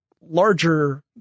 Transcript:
larger